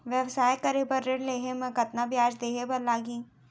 व्यवसाय करे बर ऋण लेहे म कतना ब्याज देहे बर लागही?